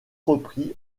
repris